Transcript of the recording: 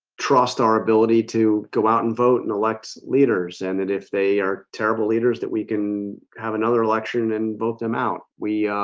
trust our ability to go out and vote and elect leaders and if they are terrible leaders that we can have another election and both them out we